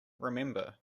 remember